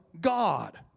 God